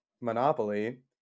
Monopoly